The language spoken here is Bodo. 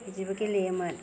बिदिबो गेलेयोमोन